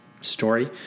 story